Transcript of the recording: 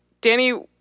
Danny